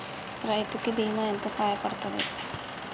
రైతు కి బీమా ఎంత సాయపడ్తది?